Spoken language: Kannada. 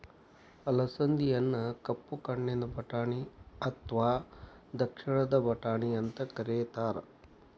ಅಲಸಂದಿಯನ್ನ ಕಪ್ಪು ಕಣ್ಣಿನ ಬಟಾಣಿ ಅತ್ವಾ ದಕ್ಷಿಣದ ಬಟಾಣಿ ಅಂತ ಕರೇತಾರ